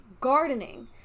Gardening